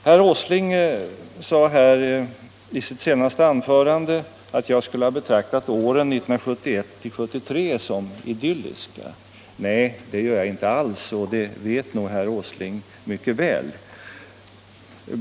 Herr Åsling sade i sitt senaste anförande att jag skulle ha betraktat åren 1971-1973 som idylliska. Nej, det gör jag inte alls, och det vet nog herr Åsling mycket väl.